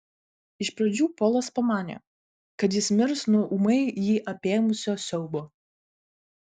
iš pradžių polas pamanė kad jis mirs nuo ūmai jį apėmusio siaubo